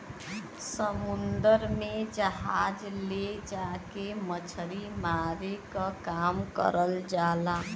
समुन्दर में जहाज ले जाके मछरी मारे क काम करल जाला